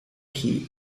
heat